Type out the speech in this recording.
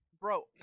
Bro